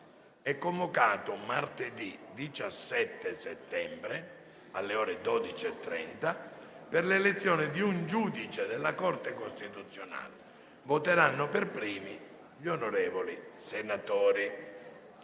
è convocato martedì 17 settembre, alle ore 12,30, per l'elezione di un giudice della Corte costituzionale. Voteranno per primi gli onorevoli senatori.